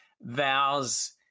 vows